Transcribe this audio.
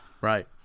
Right